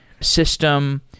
system